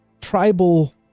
tribal